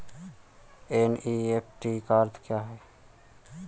NEFT का अर्थ क्या है?